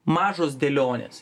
mažos dėlionės